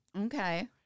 Okay